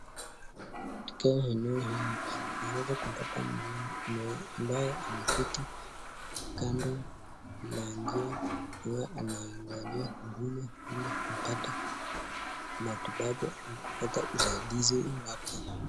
Katika eneo hili unaweza kumpata mzee ambaye ameketi kando la njia amabye anaiongoja huduma ili kupata matibabu au kupata usaidizi wake.